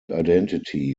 identity